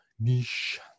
niche